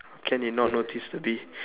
how can you not notice the bee